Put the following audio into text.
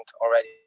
already